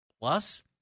Plus